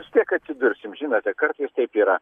vis tiek atsidursim žinote kartais taip yra